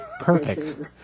Perfect